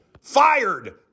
Fired